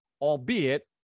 albeit